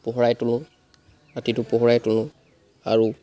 পোহৰাই তুলোঁ ৰাতিটো পোহৰাই তুলোঁ আৰু